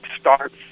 starts